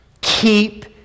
keep